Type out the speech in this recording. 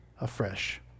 afresh